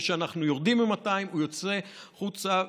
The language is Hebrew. וכשאנחנו יורדים מ-200 הוא יוצא החוצה.